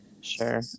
Sure